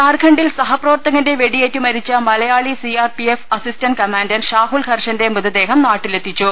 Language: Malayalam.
ജാർഖണ്ഡിൽ സഹപ്രവർത്തകന്റെ വെടിയേറ്റ് മരിച്ച മലയാളി അസിസ്റ്റന്റ് കമാൻഡന്റ് ഷാഹുൽ ഹർഷന്റെ മൃതദേഹം നാട്ടി ലെത്തിച്ചു